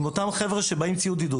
עם אותם חבר'ה שמגיעים עם ציוד עידוד.